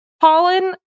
pollen